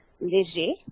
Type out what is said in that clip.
léger